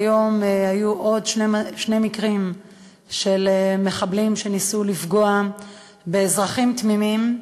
היום היו עוד שני מקרים של מחבלים שניסו לפגוע באזרחים תמימים,